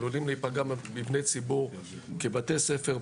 עלולים להיפגע מבני ציבור כבתי ספר,